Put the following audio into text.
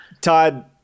Todd